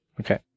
Okay